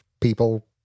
people